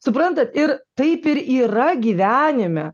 suprantat ir taip ir yra gyvenime